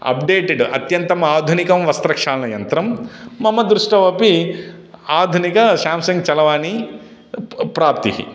updated अत्यन्तम् आधुनिकं वस्त्रक्षालनयन्त्रं मम दृष्टौ अपि आधुनिका शाम्शङ्ग् चरवाणी प्राप्ता